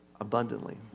abundantly